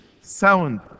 sound